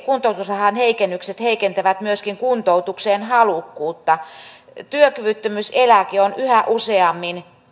kuntoutusrahan heikennykset heikentävät myöskin halukkuutta kuntoutukseen työkyvyttömyyseläke on yhä useammin